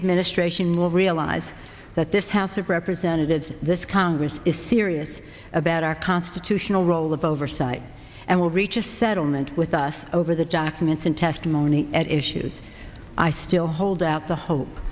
administration will realize that this house of representatives this congress is serious about our constitutional role of oversight and will reach a settlement with us over the documents and testimony at issues i still hold out the hope